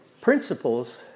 Principles